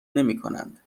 نمیکنند